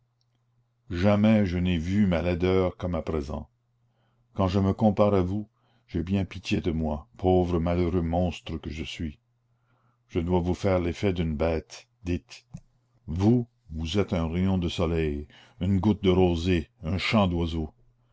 jamais je n'ai vu ma laideur comme à présent quand je me compare à vous j'ai bien pitié de moi pauvre malheureux monstre que je suis je dois vous faire l'effet d'une bête dites vous vous êtes un rayon de soleil une goutte de rosée un chant d'oiseau